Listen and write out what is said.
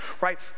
right